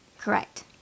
Correct